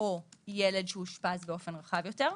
או ילד שאושפז באופן רחב יותר?